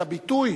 את הביטוי